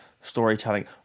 storytelling